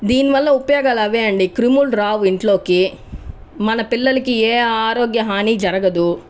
దీనివల్ల ఉపయోగాలు ఆవేనండి క్రిములు రావు ఇంట్లోకి మన పిల్లలకి ఏ ఆరోగ్య హాని జరగదు